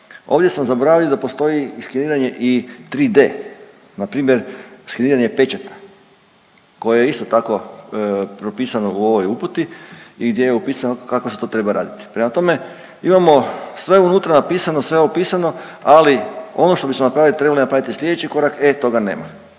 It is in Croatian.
Ovdje sam zaboravio da postoji i skeniranje i 3D, npr. skeniranje pečata koje je isto tako propisano u ovoj uputi i gdje je upisano kako se to treba raditi. Prema tome imamo sve unutra napisano, sve je opisano ali ono što bi smo napravili, trebali napraviti slijedeći korak, e toga nema.